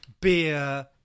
Beer